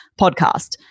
podcast